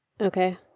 Okay